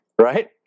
Right